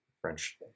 french